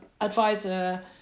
advisor